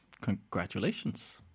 Congratulations